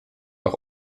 auch